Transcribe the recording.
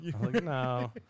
no